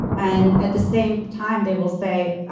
and at the same time they will say,